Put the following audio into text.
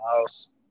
house